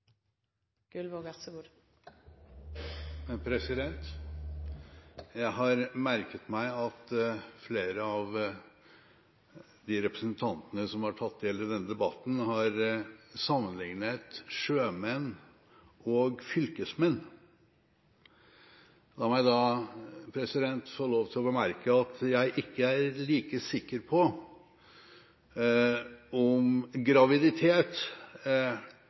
representantene som har tatt del i denne debatten, har sammenlignet sjømenn og fylkesmenn. La meg da få lov til å bemerke at jeg ikke er like sikker på om graviditet